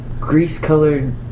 grease-colored